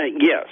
Yes